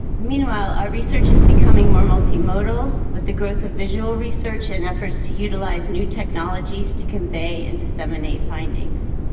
meanwhile, our research is becoming more multimodal with the growth of visual research and efforts to utilize new technologies to convey and disseminate findings.